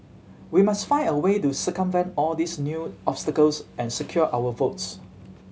we must find a way to circumvent all these new obstacles and secure our votes